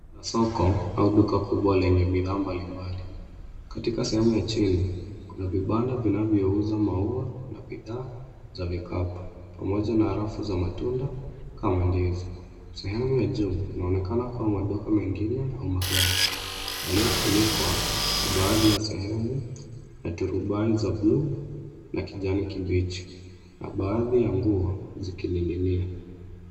Kuna soko au duka kubwa lenye bidhaa mbali mbali. Katika sehemu ya chini kuna vibanda vinavyouza maua, na bidhaa za vikapu, pamoja na rafu za matunda kama ndizi. Sehemu ya juu inaonekana kuwa maduka mengine au magari yaliyo funikwa kwa baadhi ya sehemu na turubai za bluu na kijani kibichi na baadhi ya nguo zikininginia.